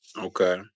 Okay